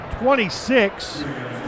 26